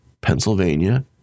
Pennsylvania